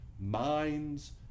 minds